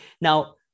Now